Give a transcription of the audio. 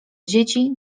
dzieci